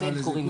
נקרא לזה,